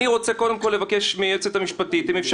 נעשה פאוזה ונבקש מזאב גולדבלט